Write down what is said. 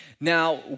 Now